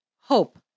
hope